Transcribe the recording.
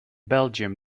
belgium